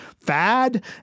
fad